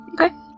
okay